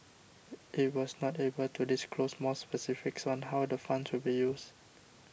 it was not able to disclose more specifics on how the funds will be used